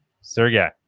sergey